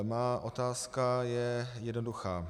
Má otázka je jednoduchá.